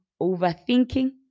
overthinking